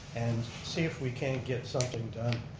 and see if we can't get something done.